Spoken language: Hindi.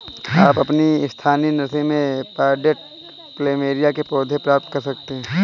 आप अपनी स्थानीय नर्सरी में पॉटेड प्लमेरिया के पौधे प्राप्त कर सकते है